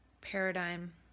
paradigm